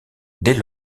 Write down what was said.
dès